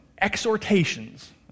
exhortations